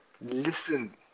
listen